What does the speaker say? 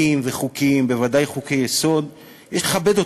וחוקים, בוודאי חוקי-יסוד, יש לכבד.